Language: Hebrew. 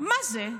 מה זה?